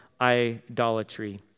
idolatry